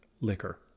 liquor